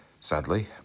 sadly